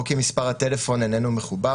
או כי מספר הטלפון איננו מחובר,